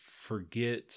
Forget